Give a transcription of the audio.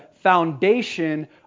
foundation